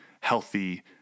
healthy